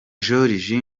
joriji